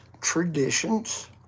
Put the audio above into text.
traditions